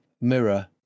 mirror